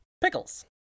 Pickles